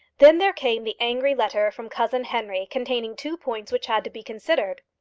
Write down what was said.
then there came the angry letter from cousin henry, containing two points which had to be considered.